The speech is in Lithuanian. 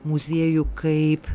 muziejų kaip